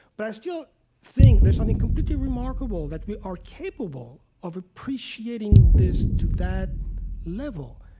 but i still think there's something completely remarkable that we are capable of appreciating this to that level.